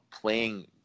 playing